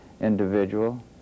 individual